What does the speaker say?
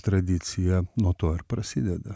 tradicija nuo to ir prasideda